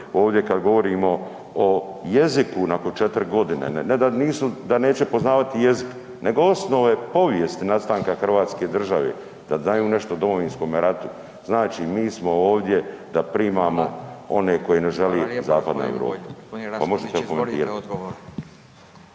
ovdje kada govorimo o jeziku nakon četiri godine, ne da neće poznavati jezik nego osnove povijesti nastanka Hrvatske države, da znaju nešto o Domovinskom ratu. Znači mi smo ovdje da primamo one koje ne želi Zapadna Europa. Pa možete li komentirati.